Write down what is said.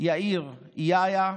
יאיר יה-יה